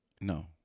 No